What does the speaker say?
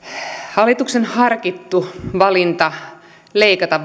hallituksen harkittu valinta leikata